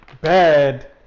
bad